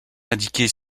indiqués